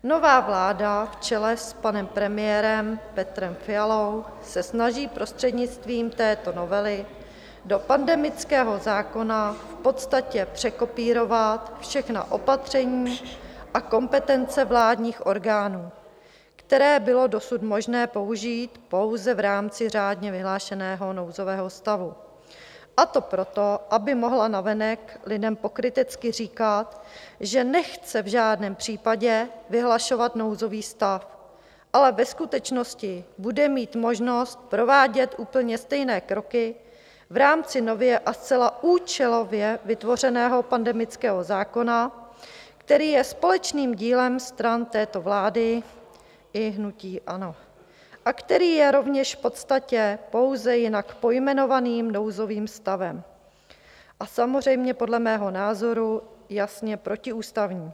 Nová vláda v čele s panem premiérem Petrem Fialou se snaží prostřednictvím této novely do pandemického zákona v podstatě překopírovat všechna opatření a kompetence vládních orgánů, které bylo dosud možné použít pouze v rámci řádně vyhlášeného nouzového stavu, a to proto, aby mohla navenek lidem pokrytecky říkat, že nechce v žádném případě vyhlašovat nouzový stav, ale ve skutečnosti bude mít možnost provádět úplně stejné kroky v rámci nově a zcela účelově vytvořeného pandemického zákona, který je společným dílem stran této vlády i hnutí ANO a který je rovněž v podstatě pouze jinak pojmenovaným nouzovým stavem a samozřejmě podle mého názoru je jasně protiústavní.